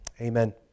amen